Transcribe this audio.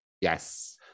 yes